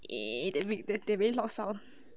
eh they they very loud sound